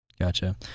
Gotcha